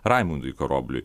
raimundui karobliui